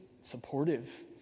supportive